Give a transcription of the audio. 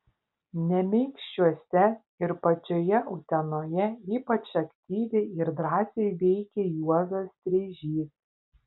nemeikščiuose ir pačioje utenoje ypač aktyviai ir drąsiai veikė juozas streižys